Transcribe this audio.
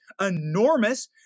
enormous